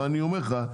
אבל אני אומר לך,